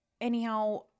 anyhow